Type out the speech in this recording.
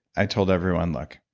i told everyone, look.